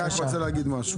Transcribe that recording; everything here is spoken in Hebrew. אני רק רוצה להגיד משהו.